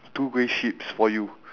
two grey sheeps for you